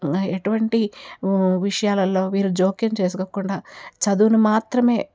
ఎటువంటి విషయాలలో వీరు జోక్యం చేసుకోకుండా చదువును మాత్రమే